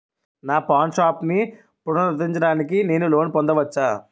నా పాన్ షాప్ని పునరుద్ధరించడానికి నేను లోన్ పొందవచ్చా?